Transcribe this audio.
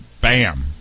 Bam